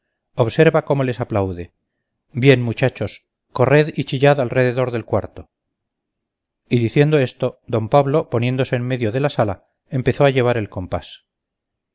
observa cómo les aplaude bien muchachos corred y chillad alrededor del cuarto y diciendo esto d pablo poniéndose en medio de la sala empezó a llevar el compás